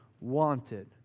wanted